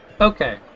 Okay